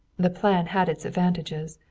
the plan had its advantages.